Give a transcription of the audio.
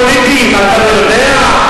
פוליטיים, מה, אתה לא יודע?